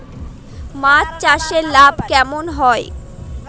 মাছ চাষে লাভ কেমন হয়?